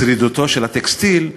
שרידותו של הטקסטיל,